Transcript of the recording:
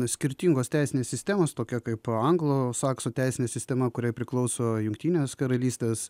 skirtingos teisinės sistemos tokia kaip anglosaksų teisinė sistema kuriai priklauso jungtinės karalystės